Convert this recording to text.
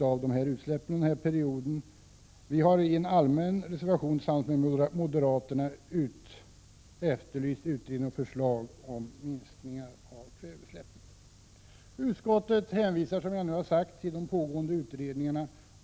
av dessa utsläpp under denna period. Vi har i en allmän reservation tillsammans med moderaterna efterlyst utredning och förslag om minskning av kväveutsläppen. Utskottet hänvisar, som jag redan sagt, till de pågående utredningarna.